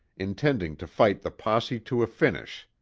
intending to fight the posse to a finish,